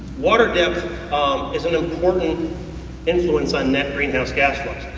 water depth um is an important influence on net green house gas fluxes.